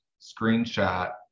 screenshot